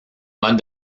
modes